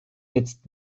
jetzt